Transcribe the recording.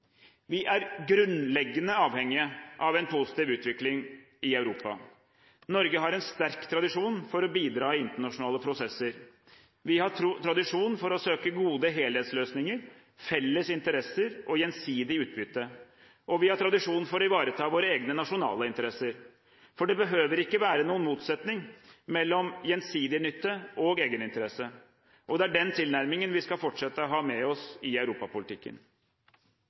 Vi er grunnleggende avhengige av en positiv utvikling i Europa. Norge har en sterk tradisjon for å bidra i internasjonale prosesser. Vi har tradisjon for å søke gode helhetsløsninger – felles interesser og gjensidig utbytte – og vi har tradisjon for å ivareta våre egne nasjonale interesser. For det behøver ikke være noen motsetning mellom gjensidig nytte og egeninteresse. Og det er den tilnærmingen vi skal fortsette å ha med oss i europapolitikken.